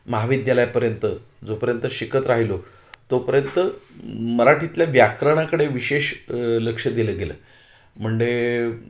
महाविद्यालयापर्यंत जोपर्यंत शिकत राहिलो तोपर्यंत मराठीतल्या व्याकरणाकडे विशेष लक्ष दिलं गेलं म्हणजे